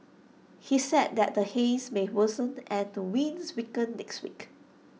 he said that the haze may worsen and the winds weaken next week